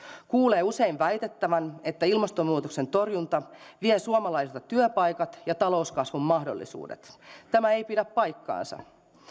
kuulee usein väitettävän että ilmastonmuutoksen torjunta vie suomalaisilta työpaikat ja talouskasvun mahdollisuudet tämä ei pidä paikkaansa